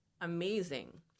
amazing